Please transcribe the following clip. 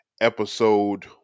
episode